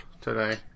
today